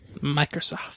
Microsoft